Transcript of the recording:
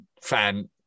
fan